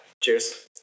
Cheers